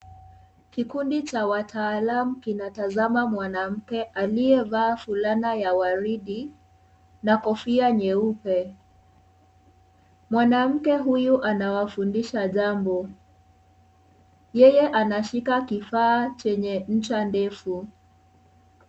Kikundi cha wataalamu kinatazama mwanamke aliyevaa fulana ya waridi na kofia nyeupe. Mwanamke huyo anawafundisha jambo. Yeye anashika kifaa chenye ncha ndefu.